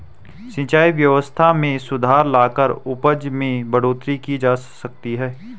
सिंचाई व्यवस्था में सुधार लाकर उपज में बढ़ोतरी की जा सकती है